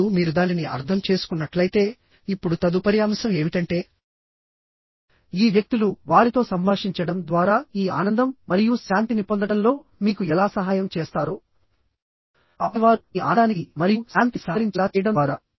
ఇప్పుడు మీరు దానిని అర్థం చేసుకున్నట్లయితే ఇప్పుడు తదుపరి అంశం ఏమిటంటేఈ వ్యక్తులు వారితో సంభాషించడం ద్వారా ఈ ఆనందం మరియు శాంతిని పొందడంలో మీకు ఎలా సహాయం చేస్తారో ఆపై వారు మీ ఆనందానికి మరియు శాంతికి సహకరించేలా చేయడం ద్వారా